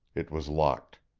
it was locked.